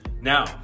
Now